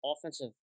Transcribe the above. offensive